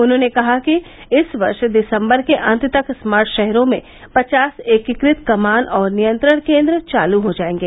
उन्होंने कहा कि इस वर्ष दिसम्बर के अंत तक स्मार्ट शहरों में पचास एकीक़त कमान और नियंत्रण केन्द्र चालू हो जाएंगे